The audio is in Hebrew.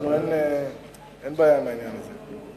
לנו אין בעיה עם העניין הזה.